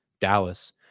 Dallas